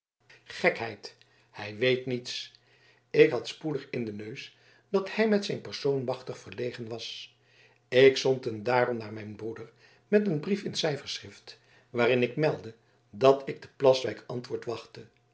gekheid hij weet niets ik had spoedig in den neus dat hij met zijn persoon machtig verlegen was ik zond hem daarom naar mijn broeder met een brief in cijferschrift waarin ik meldde dat ik te plaswijk antwoord wachtte